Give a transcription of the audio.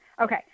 Okay